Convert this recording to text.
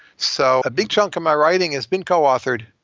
so a big chunk of my writing has been co-authored,